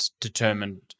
determined